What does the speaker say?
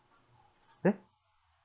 eh